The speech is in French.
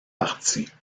parties